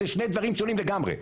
אלה שני דברים שונים לגמרי.